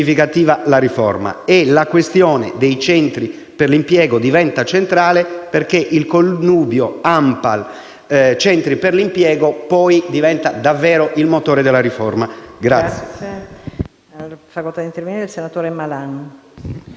La questione dei centri per l'impiego diventa centrale, perché il connubio tra ANPAL e centri per l'impiego diventa davvero il motore della riforma.